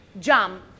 jump